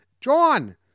John